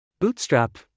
Bootstrap